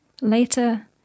Later